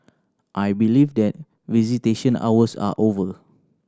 I believe that visitation hours are over